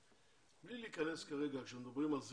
בלי להיכנס כרגע כשמדברים על זהות,